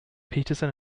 peterson